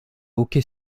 hockey